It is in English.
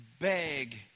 beg